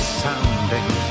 sounding